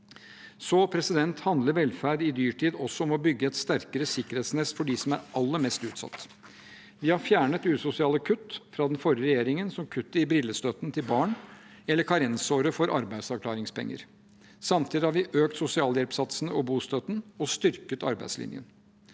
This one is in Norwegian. og rentene koster mer. Velferd i dyrtid handler også om å bygge et sterkere sikkerhetsnett for dem som er aller mest utsatt. Vi har fjernet usosiale kutt fra den forrige regjeringen, som kuttet i brillestøtten til barn og karensåret for arbeidsavklaringspenger. Samtidig har vi økt sosialhjelpssatsene og bostøtten og styrket arbeidslinjen.